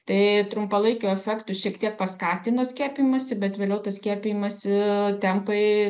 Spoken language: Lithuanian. tai trumpalaikiu efektu šiek tiek paskatino skiepijimąsi bet vėliau tas skiepijimosi tempai